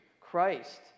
Christ